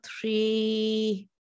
three